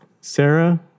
Sarah